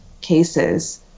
cases